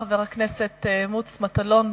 חבר הכנסת מוץ מטלון,